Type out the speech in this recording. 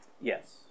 Yes